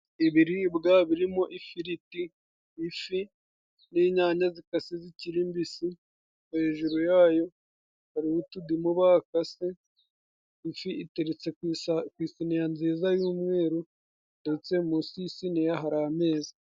Ibiribwa birimo: ifiriti, ifi, n'inyanya zikaze zikiri mbisi, hejuru yayo hariho utudimu bakase, ifi iteretse ku isiniya nziza y'umweru, ndetsetse munsi y'siniya hari ameza.